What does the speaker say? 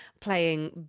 playing